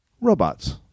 Robots